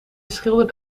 schildert